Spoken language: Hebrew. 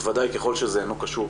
בוודאי ככל שזה אינו קשור